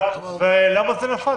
למה זה נפל?